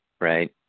right